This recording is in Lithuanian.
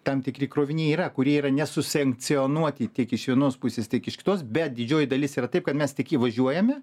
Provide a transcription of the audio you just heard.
tam tikri kroviniai yra kurie yra nesusisankcionuoti tiek iš vienos pusės tiek iš kitos bet didžioji dalis yra taip kad mes tik įvažiuojame